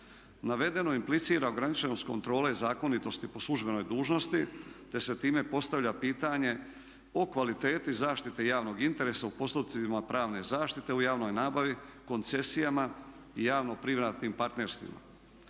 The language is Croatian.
Navedeno implicira ograničenost kontrole zakonitosti po službenoj dužnosti te se time postavlja pitanje o kvaliteti zaštite javnog interesa u postupcima pravne zaštite u javnoj nabavi, koncesijama i javno-privatnim partnerstvima.